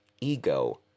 ego